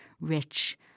rich